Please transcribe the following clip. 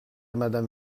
madame